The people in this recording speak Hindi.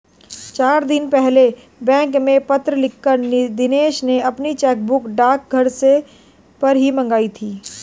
चार दिन पहले बैंक में पत्र लिखकर दिनेश ने अपनी चेकबुक डाक से घर ही पर मंगाई थी